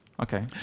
Okay